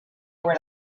were